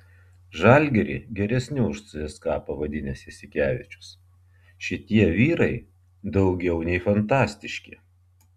žalgirį geresniu už cska pavadinęs jasikevičius šitie vyrai daugiau nei fantastiški